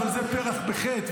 אבל זה פרח בחי"ת,